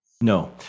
No